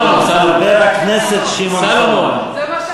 אני לא שלמה, מה לעשות.